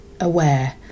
aware